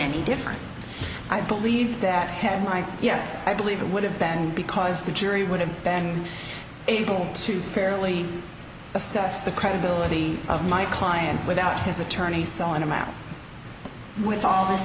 any different i believe that had my yes i believe that would have been because the jury would have been able to fairly assess the credibility of my client without his attorneys selling him out with all this